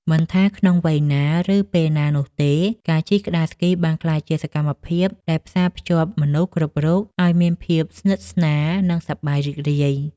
មិនថាក្នុងវ័យណា ឬពេលណានោះទេ ការជិះក្ដារស្គីបានក្លាយជាសកម្មភាពដែលផ្សារភ្ជាប់មនុស្សគ្រប់រូបឱ្យមានភាពស្និទ្ធស្នាល និងសប្បាយរីករាយ។